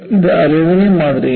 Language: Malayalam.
ഇത് അലുമിനിയം മാതൃകയാണ്